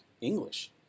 English